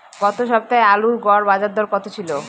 গত সপ্তাহে আলুর গড় বাজারদর কত ছিল?